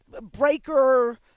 breaker